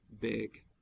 big